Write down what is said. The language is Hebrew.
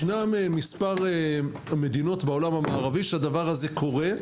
ישנן מספר מדינות בעולם המערבי שהדבר הזה קורה.